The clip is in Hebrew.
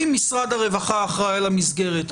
אם משרד הרווחה אחראי על המסגרת,